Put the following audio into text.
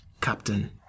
Captain